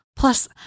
Plus